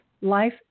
Life